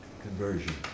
conversion